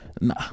Nah